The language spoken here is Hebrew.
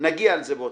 נגיע לזה בהמשך.